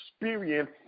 experience